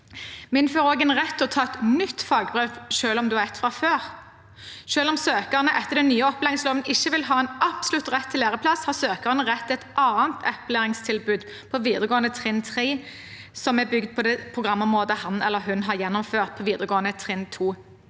innfører også en rett til å ta et nytt fagbrev selv om man har et fra før. Selv om søkerne etter den nye opplæringsloven ikke vil ha en absolutt rett til læreplass, har søkerne rett til et annet opplæringstilbud på videregående trinn 3 som er bygd på det programområdet han eller hun har gjennomført på videregående trinn 2.